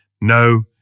No